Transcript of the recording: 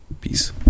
Peace